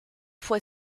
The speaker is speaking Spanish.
fue